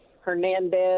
Hernandez